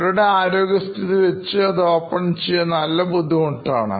അവരുടെ ആരോഗ്യസ്ഥിതി വെച്ച് അത് ഓപ്പൺ ചെയ്യുവാൻ നല്ല ബുദ്ധിമുട്ടാണ്